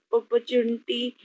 opportunity